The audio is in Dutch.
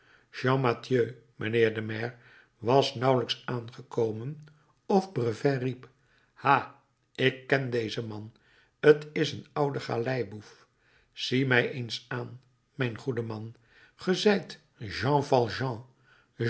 champmathieu mijnheer de maire was nauwelijks aangekomen of brevet riep ha ik ken dezen man t is een oude galeiboef zie mij eens aan mijn goede man ge zijt